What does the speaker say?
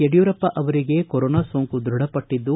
ಯಡಿಯೂರಪ್ಪ ಅವರಿಗೆ ಕೊರೊನಾ ಸೋಂಕು ದೃಢಪಟ್ಟದ್ದು